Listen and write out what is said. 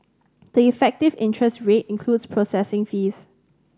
the effective interest rate includes processing fees